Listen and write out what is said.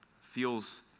Feels